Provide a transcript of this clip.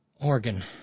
Organ